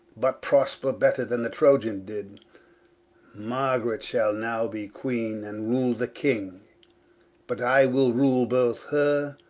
but prosper better than the troian did margaret shall now be queene, and rule the king but i will rule both her,